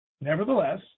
Nevertheless